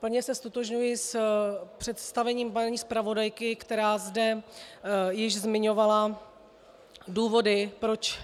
Plně se ztotožňuji s představením paní zpravodajky, která zde již zmiňovala důvody, proč